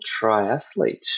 triathlete